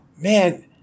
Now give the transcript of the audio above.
Man